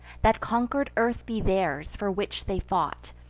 that conquer'd earth be theirs, for which they fought,